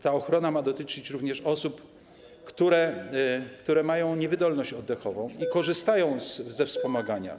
Ta ochrona ma dotyczyć również osób, które mają niewydolność oddechową i korzystają ze wspomagania.